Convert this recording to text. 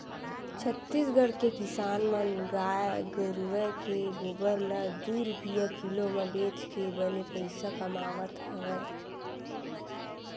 छत्तीसगढ़ के किसान मन गाय गरूवय के गोबर ल दू रूपिया किलो म बेचके बने पइसा कमावत हवय